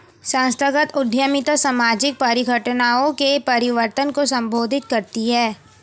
संस्थागत उद्यमिता सामाजिक परिघटनाओं के परिवर्तन को संबोधित करती है